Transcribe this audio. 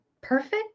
perfect